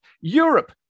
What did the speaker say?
Europe